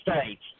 states